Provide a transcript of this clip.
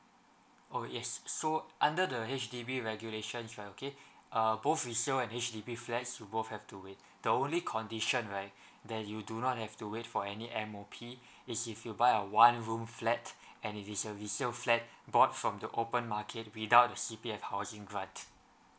oh yes so under the H_D_B regulations right okay uh both resale and H_D_B flat both have to wait the only condition right that you do not have to wait for any M_O_P is if you buy a one room flat and it is a resale flat bought from the open market without the C_P_F housing grant